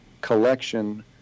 collection